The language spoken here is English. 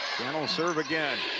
tranel serve again